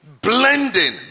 blending